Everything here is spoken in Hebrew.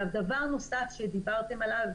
דבר נוסף שדיברתם עליו,